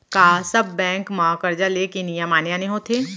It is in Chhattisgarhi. का सब बैंक म करजा ले के नियम आने आने होथे?